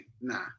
Nah